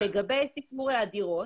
לגבי הדירות.